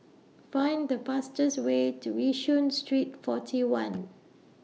Find The fastest Way to Yishun Street forty one